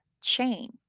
chain